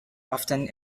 often